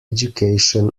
education